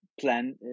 plan